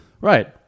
right